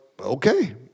Okay